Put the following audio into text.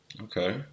Okay